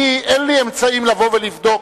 אני אין לי אמצעים לבוא ולבדוק.